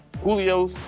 Julio